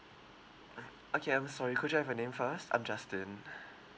uh okay I'm sorry could I have your name first I'm justin